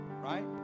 Right